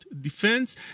defense